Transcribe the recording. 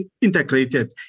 integrated